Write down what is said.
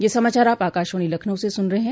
ब्रे क यह समाचार आप आकाशवाणी लखनऊ से सुन रहे हैं